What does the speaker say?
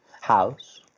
house